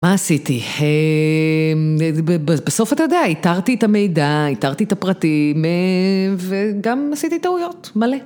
מה עשיתי? בסוף אתה יודע, התרתי את המידע, התרתי את הפרטים וגם עשיתי טעויות מלא.